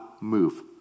move